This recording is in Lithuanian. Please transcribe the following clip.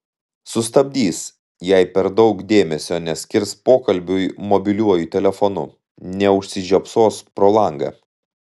sustabdys jei per daug dėmesio neskirs pokalbiui mobiliuoju telefonu neužsižiopsos pro langą